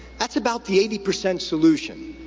that's about the eighty percent solution.